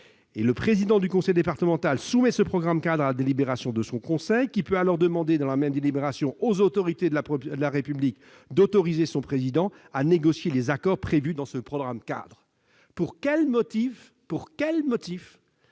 le président du conseil départemental soumet ce programme-cadre à la délibération du conseil départemental, qui peut alors demander, dans la même délibération, aux autorités de la République d'autoriser son président à négocier les accords prévus dans ce programme-cadre ». Pour quel motif